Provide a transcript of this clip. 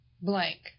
blank